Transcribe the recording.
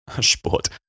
Sport